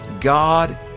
God